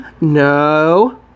No